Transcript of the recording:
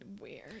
weird